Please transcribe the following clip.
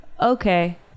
okay